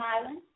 Island